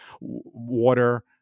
water